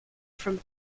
from